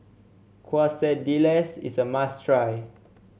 quesadillas is a must try